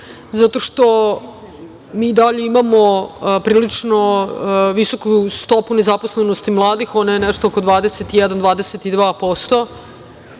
zato što mi i dalje imamo prilično visoku stopu nezaposlenosti mladih, ona je nešto oko 21, 22%,